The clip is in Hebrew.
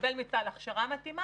שיקבל מצה"ל הכשרה מתאימה,